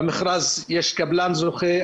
במכרז יש קבלן זוכה.